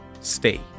Stay